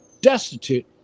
destitute